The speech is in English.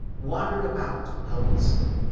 wan dered about helplessly.